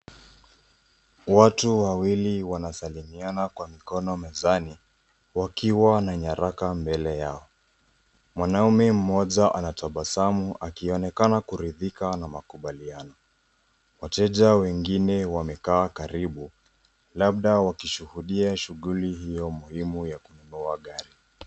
Watu wawili wanasalimiana kwa mikono mezani wakiwa na nyaraka mbele yao. Mwanaume mmoja anatabasamu akionekana kuridhika na makubaliano. Wateja wengine wamekaa karibu labda wakishuhudia shughuli hiyo muhimu ya kununua gari.